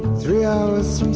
three hours